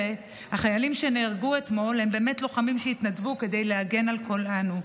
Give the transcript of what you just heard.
והחיילים שנהרגו אתמול הם באמת לוחמים שהתנדבו כדי להגן על כולנו.